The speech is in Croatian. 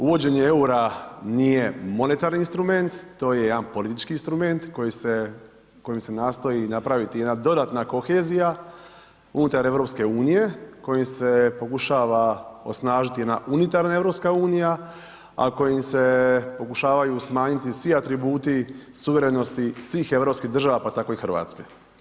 Uvođenje eura nije monetarni instrument, to je jedan politički instrument kojim se nastoji napraviti jedna dodatna kohezija unutar EU-a, kojom se pokušava osnažiti jedna unitarna EU a kojom im se pokušavaju smanjiti svi atributi suverenosti svih europskih država pa tako i Hrvatske.